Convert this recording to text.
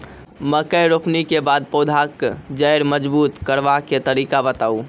मकय रोपनी के बाद पौधाक जैर मजबूत करबा के तरीका बताऊ?